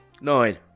Nine